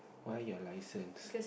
why your licence